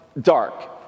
dark